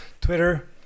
Twitter